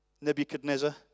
Nebuchadnezzar